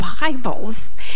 Bibles